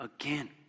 again